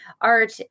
art